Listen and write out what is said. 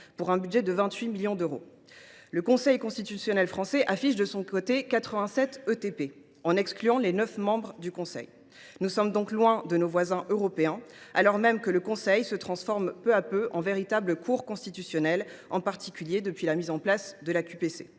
pour un budget de 28 millions d’euros. Le Conseil constitutionnel français affiche de son côté un personnel de 87 ETP, en excluant les neuf membres du Conseil. Nous sommes donc loin de nos voisins européens, alors même que le Conseil se transforme peu à peu en véritable cour constitutionnelle, en particulier depuis la mise en place de la